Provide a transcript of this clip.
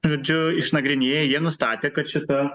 žodžiu išnagrinėję jie nustatė kad šita